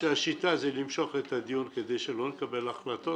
שהשיטה זה למשוך את הדיון כדי שלא נקבל החלטות,